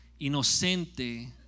inocente